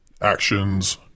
actions